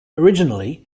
originally